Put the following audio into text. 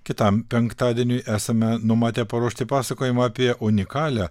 kitam penktadieniui esame numatę paruošti pasakojimą apie unikalią